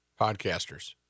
podcasters